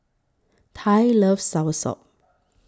Ty loves Soursop